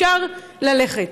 אפשר ללכת.